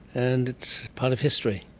and it's part of history.